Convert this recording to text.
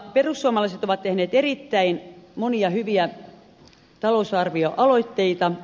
perussuomalaiset ovat tehneet erittäin monia hyviä talousarvioaloitteita